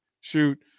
shoot